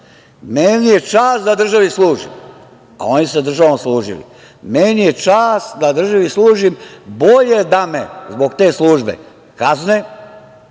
Meni je čast da državi služim, a oni su se državom služili. Meni je čast da državi služim. Bolje da me zbog te službe kazne,